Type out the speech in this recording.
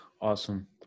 Awesome